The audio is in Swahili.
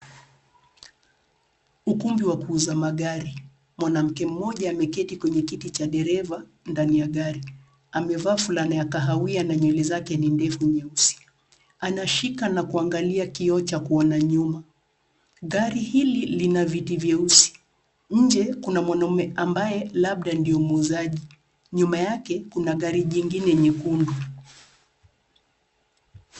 Ukumbi wa kuuza magari. Mwanamke mmoja ameketi kwenye kiti cha dereva ndani ya gari. Amevaa fulana ya kahawia na nywele zake ni ndefu nyeusi. Anashika na kuangalia kioo cha kuona nyuma. Gari hili lina viti vyeusi. Nje kuna mwanaume ambaye labda ndio muuzaji. Nyuma yake kuna gari jingine nyekundu.